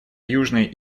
южной